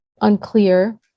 unclear